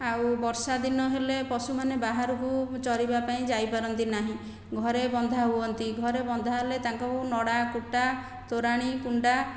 ଆଉ ବର୍ଷା ଦିନ ହେଲେ ପଶୁମାନେ ବାହାରକୁ ଚରିବା ପାଇଁ ଯାଇପାରନ୍ତି ନାହିଁ ଘରେ ବନ୍ଧା ହୁଅନ୍ତି ଘରେ ବନ୍ଧା ହେଲେ ତାଙ୍କୁ ନଡ଼ା କୁଟା ତୋରାଣି କୁଣ୍ଡା